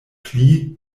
pli